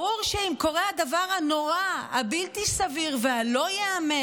ברור שאם קורה הדבר הנורא, הבלתי-סביר והלא-ייאמן,